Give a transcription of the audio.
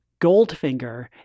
Goldfinger